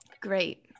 Great